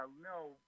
No